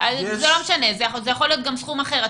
זה יכול להיות גם סכום אחר.